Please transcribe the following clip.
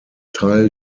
teil